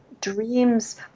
dreams